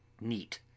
Neat